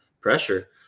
pressure